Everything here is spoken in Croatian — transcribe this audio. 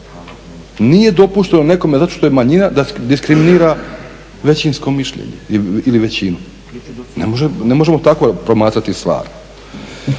Nije dopušteno nekome zato što je manjina diskriminira većinsko mišljenje ili većinu. Ne možemo tako promatrati stvar.